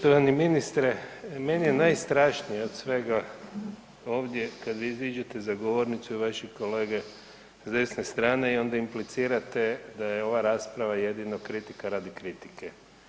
Poštovani ministre meni je najstrašnije od svega ovdje kad vi iziđite za govornicu i vaši kolege s desne strane i onda implicirate da je ova rasprava jedino kritika radi kritike.